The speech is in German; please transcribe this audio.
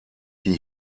die